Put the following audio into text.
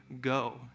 go